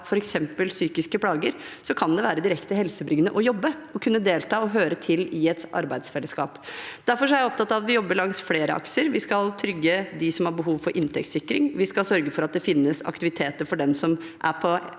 f.eks. psykiske plager, kan det være direkte helsebringende å jobbe og kunne delta og høre til i et arbeidsfellesskap. Derfor er jeg opptatt av at vi jobber langs flere akser. Vi skal trygge dem som har behov for inntektssikring. Vi skal sørge for at det finnes aktiviteter for dem som er på